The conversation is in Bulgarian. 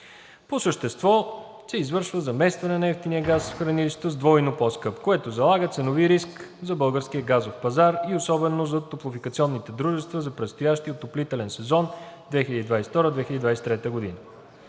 По същество се извършва заместване на евтиния газ в хранилището с двойно по-скъп, което залага ценови риск за българския газов пазар и особено за топлофикационните дружества за предстоящия отоплителен сезон 2022 – 2023 г.